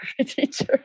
teacher